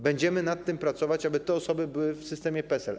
Będziemy nad tym pracować, aby te osoby były w systemie PESEL.